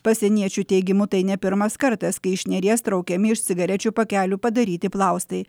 pasieniečių teigimu tai ne pirmas kartas kai iš neries traukiami iš cigarečių pakelių padaryti plaustai